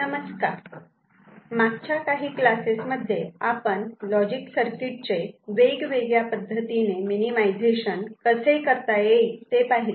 नमस्कार मागच्या काही क्लासेस मध्ये आपण लॉजिक सर्किट चे वेगवेगळ्या पद्धतीने मिनिमिझेशन कसे करता येईल ते पाहिले